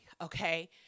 okay